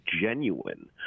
genuine